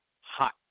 Hot